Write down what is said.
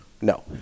No